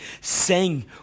sing